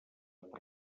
per